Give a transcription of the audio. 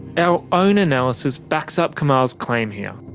our own analysis backs up kamal's claim here.